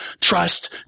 trust